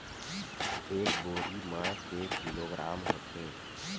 एक बोरी म के किलोग्राम होथे?